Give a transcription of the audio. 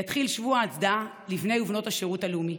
יתחיל שבוע הצדעה לבני ובנות השירות הלאומי.